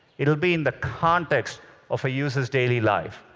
it will be in the context of a user's daily life.